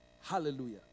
Hallelujah